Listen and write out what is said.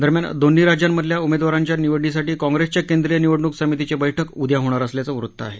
दरम्यान दोन्ही राज्यांमधल्या उमेदवारांच्या निवडीसाठी काँप्रिसच्या केंद्रीय निवडणुक समितीची बैठक उद्या होणार असल्याचं वृत्त आहे